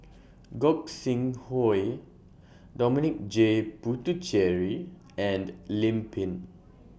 Gog Sing Hooi Dominic J Puthucheary and Lim Pin